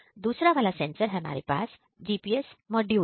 दूसरा वाला सेंसर हमारे पास GPS मॉड्यूल है